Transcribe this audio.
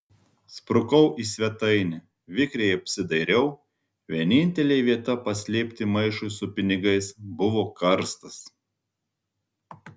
sprukau į svetainę vikriai apsidairiau vienintelė vieta paslėpti maišui su pinigais buvo karstas